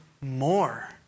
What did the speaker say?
More